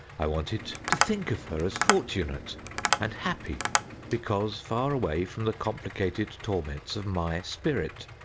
i wanted to think of her as fortunate and happy because far away from the complicated torments of my spirit.